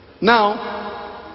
Now